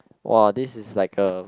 !wah! this is like a